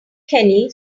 kenny